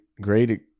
great